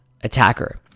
attacker